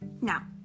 Now